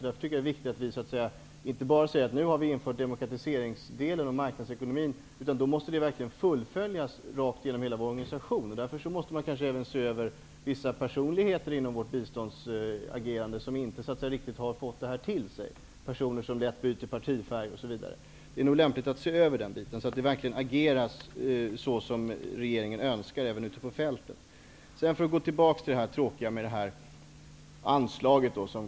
Därför tycker jag att det är viktigt att man inte bara säger att man nu infört demokratiseringsdelen och marknadsekonomin, utan att det här måste fullföljas rakt igenom hela vår organisation. Man måste kanske också se över vissa personligheter inom vårt biståndsagerande, vilka inte riktigt tagit det här till sig. Det kan gälla personer som lättvindigt byter partifärg. Jag tror att det vore lämpligt att se över det här så att man även ute på fältet agerar så som regeringen önskar. Jag återgår till att diskutera anslagsfrågan.